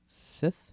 Sith